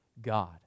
God